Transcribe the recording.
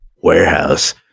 warehouse